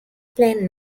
plain